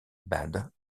dans